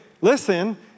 listen